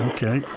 Okay